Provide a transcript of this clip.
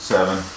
Seven